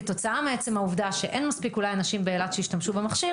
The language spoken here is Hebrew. כתוצאה מהעובדה שאולי אין מספיק אנשים באילת שישתמשו במכשיר